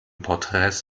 porträts